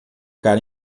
cara